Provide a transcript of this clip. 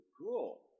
Cool